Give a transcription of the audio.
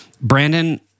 Brandon